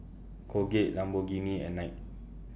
Colgate Lamborghini and Knight